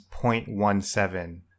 0.17